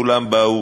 כולם באו